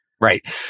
Right